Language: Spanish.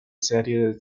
series